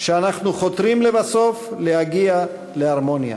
אנחנו חותרים לבסוף להגיע להרמוניה.